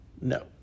no